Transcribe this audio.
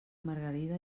margarida